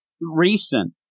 recent